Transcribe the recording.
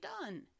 done